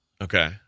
Okay